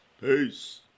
Peace